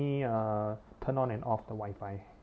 me uh turn on and off the wifi